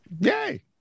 Yay